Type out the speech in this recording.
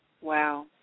Wow